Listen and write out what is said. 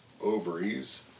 ovaries